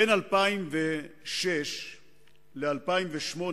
בין 2006 ל-2008,